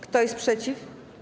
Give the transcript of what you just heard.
Kto jest przeciw?